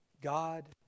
God